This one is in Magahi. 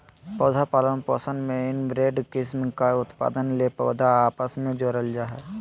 पौधा पालन पोषण में इनब्रेड किस्म का उत्पादन ले पौधा आपस मे जोड़ल जा हइ